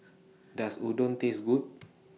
Does Udon Taste Good